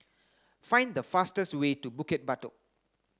find the fastest way to Bukit Batok